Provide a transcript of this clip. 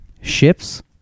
ships